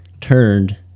turned